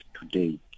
today